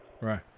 Right